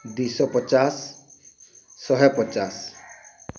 ଦୁଇଶହ ପଚାଶ ଶହେ ପଚାଶ